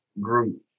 group